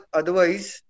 otherwise